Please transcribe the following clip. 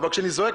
אבל כשאני זועק,